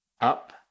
up